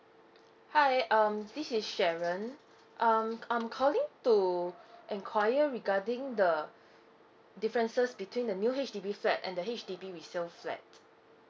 hi um this is sharon um I'm calling to enquire regarding the differences between the new H_D_B flat and the H_D_B resale flat